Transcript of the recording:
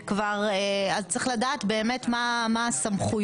אז צריך לדעת באמת מה הסמכויות.